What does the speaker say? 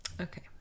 Okay